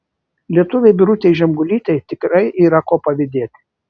lietuvei birutei žemgulytei tikrai yra ko pavydėti